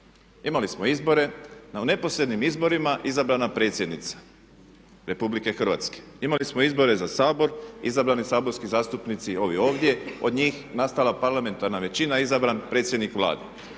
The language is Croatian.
Imali smo izbore, na neposrednim izborima izabrana predsjednica Republike Hrvatske. Imali smo izbore za Sabor, izabrani saborski zastupnici ovi ovdje. Od njih nastala parlamentarna većina, izabran predsjednik Vlade.